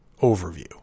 overview